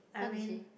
how did she